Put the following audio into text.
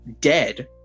dead